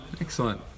Excellent